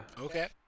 Okay